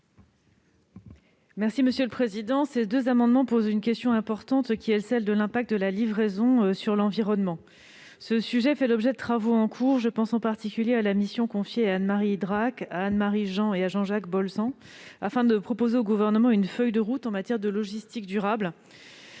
? Les auteurs de ces deux amendements posent une question importante : celle de l'impact de la livraison sur l'environnement. Ce sujet fait l'objet de travaux en cours. Je pense en particulier à la mission confiée à Anne-Marie Idrac, à Anne-Marie Jean et à Jean-Jacques Bolzan visant à proposer au Gouvernement une feuille de route en matière de logistique durable.